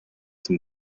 zum